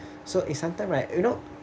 so is sometime right you know